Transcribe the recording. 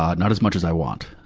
um not as much as i want.